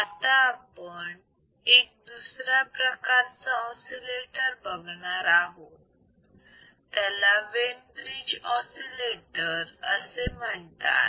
आता आपण एक दुसऱ्या प्रकारचा ऑसिलेटर बघणार आहोत त्याला वेन ब्रिज ऑसिलेटर असे म्हणतात